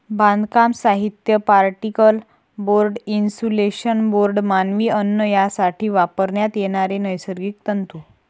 बांधकाम साहित्य, particle board, insulation board, मानवी अन्न यासाठी वापरण्यात येणारे नैसर्गिक तंतू